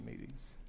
meetings